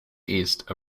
east